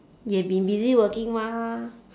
you have been busy working mah